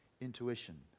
intuition